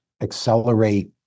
accelerate